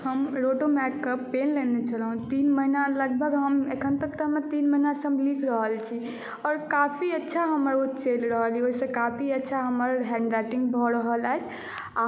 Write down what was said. हम रोटोमैक के पेन लेने छलहुँ तीन महिना लगभग हम एखन तक हम तीन महिना सॅं लिख रहल छी आओर काफी अच्छा ओ हमर चलि रहल अछि ओहिसँ पहिने काफी अच्छा हमर हैन्डराइटिंग भऽ रहल अछि